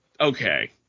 okay